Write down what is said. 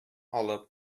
алып